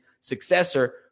successor